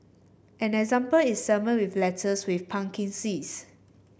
an example is salmon with lettuce with pumpkin seeds